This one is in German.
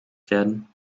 werden